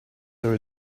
there